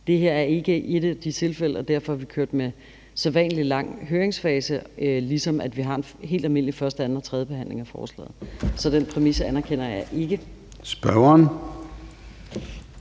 Det her er ikke et af de tilfælde, og derfor har vi kørt med sædvanlig lang høringsfase, ligesom vi har en helt almindelig første, anden og tredje behandling af forslaget. Så den præmis anerkender jeg ikke. Kl.